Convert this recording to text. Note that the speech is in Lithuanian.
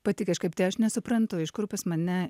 pati kažkaip tai aš nesuprantu iš kur pas mane